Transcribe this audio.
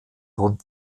rund